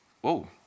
Whoa